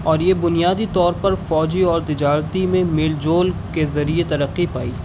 اور یہ بنیادی طور پر فوجی اور تجارتی میں میل جول کے ذریعے ترقی پائی